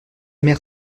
mère